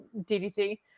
DDT